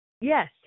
Yes